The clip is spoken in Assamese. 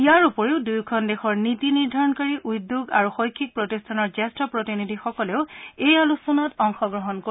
ইয়াৰ উপৰিও দুয়োখন দেশৰ নীতি নিৰ্ধাৰণকাৰী উদ্যোগ আৰু শৈক্ষিক প্ৰতিষ্ঠানৰ জ্যেষ্ঠ প্ৰতিনিধসকলেও এই আলোচনাত অংশগ্ৰহণ কৰিব